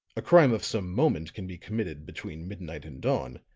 a crime of some moment can be committed between midnight and dawn,